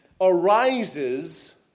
arises